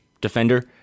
defender